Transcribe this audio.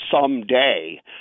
someday